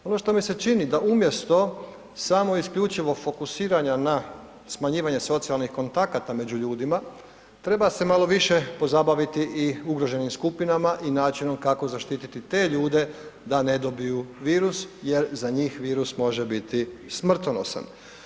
Ono što mi se čini da umjesto samo i isključivo fokusiranja na smanjivanje socijalnih kontakata među ljudima, treba se malo više pozabaviti i ugroženim skupinama i načinom kako zaštititi te ljude da ne dobiju virus jer za njih virus može biti smrtonosan.